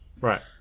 Right